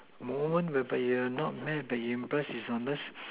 moment whereby you are not mad but impressed unless